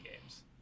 games